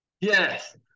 Yes